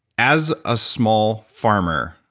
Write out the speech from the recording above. as a small farmer,